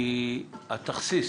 כי התכסיס